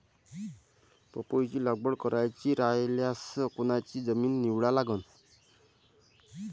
पपईची लागवड करायची रायल्यास कोनची जमीन निवडा लागन?